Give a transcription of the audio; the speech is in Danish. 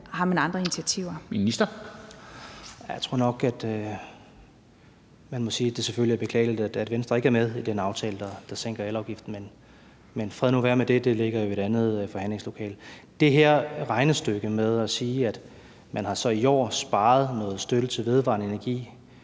Jørgensen): Jeg tror nok, at jeg må sige, at det selvfølgelig er beklageligt, at Venstre ikke er med i den aftale, der sænker elafgiften, men fred være nu med det. Det ligger i et andet forhandlingslokale. Det her regnestykke med at sige, at man så i år har sparet noget støtte til vedvarende energi